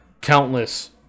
countless